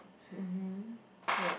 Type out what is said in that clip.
mmhmm yup